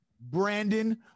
Brandon